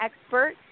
expert